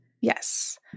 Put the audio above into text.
Yes